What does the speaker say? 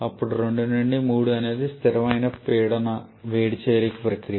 అప్పుడు 2 నుండి 3 అనేది స్థిరమైన పీడన వేడి చేరిక ప్రక్రియ